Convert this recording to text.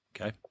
Okay